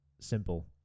simple